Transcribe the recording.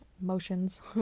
motions